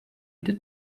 did